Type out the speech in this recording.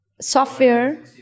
software